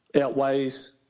outweighs